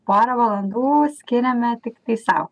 porą valandų skiriame tiktai sau